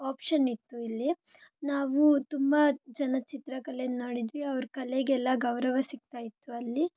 option ಇತ್ತು ಇಲ್ಲಿ ನಾವು ತುಂಬ ಜನದ ಚಿತ್ರಕಲೆನ ನೋಡಿದ್ವಿ ಅವ್ರ ಕಲೆಗೆಲ್ಲ ಗೌರವ ಸಿಕ್ತಾ ಇತ್ತು ಅಲ್ಲಿ